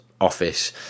office